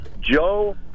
Joe